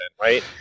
Right